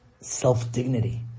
self-dignity